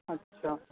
আচ্ছা